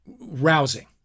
Rousing